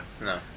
No